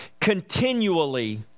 continually